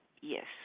yes